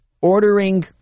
ordering